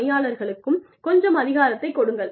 பணியாளர்களுக்கும் கொஞ்சம் அதிகாரத்தை கொடுங்கள்